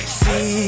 see